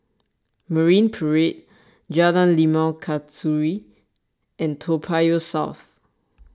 Marine Parade Jalan Limau Kasturi and Toa Payoh South